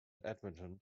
edmonton